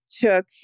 took